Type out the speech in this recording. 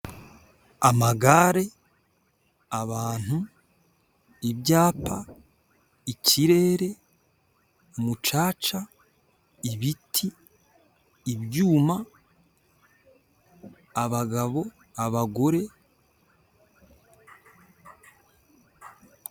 Amagare, abantu, ibyapa, ikirere, umucaca, ibiti, ibyuma, abagabo, abagore.